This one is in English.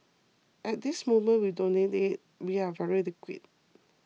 at this moment we don't need it we are very liquid